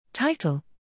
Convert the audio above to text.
Title